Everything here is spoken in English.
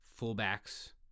fullbacks